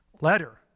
letter